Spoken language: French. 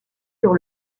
sur